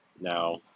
now